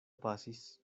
pasis